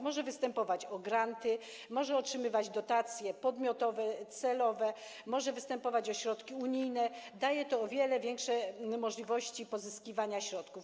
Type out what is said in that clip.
Może występować o granty, może otrzymywać dotacje podmiotowe, celowe, może występować o środki unijne, daje to o wiele większe możliwości pozyskiwania środków.